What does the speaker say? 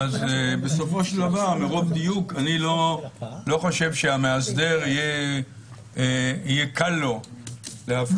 בסופו של דבר מרוב דיוק אני לא חושב שהמאסדר יהיה קל לו לאבחן